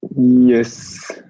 Yes